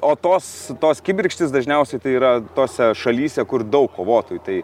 o tos tos kibirkštys dažniausiai tai yra tose šalyse kur daug kovotojų tai